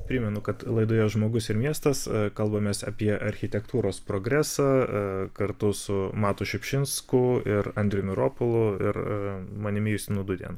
primenu kad laidoje žmogus ir miestas kalbamės apie architektūros progresą kartu su matu šiupšinsku ir andriumi ropolu ir manimi justinu dudėnu